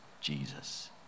Jesus